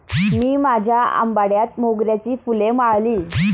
मी माझ्या आंबाड्यात मोगऱ्याची फुले माळली